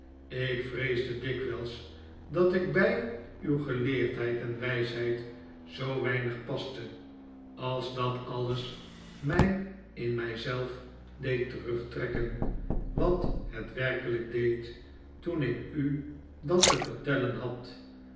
ik vreesde dikwijls dat ik bij uw geleerdheid en wijsheid zoo weinig paste als dat alles mij in mij zelf deed terugtrekken wat het werkelijk deed toen ik u dat te vertellen had